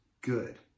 good